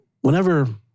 whenever